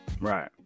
Right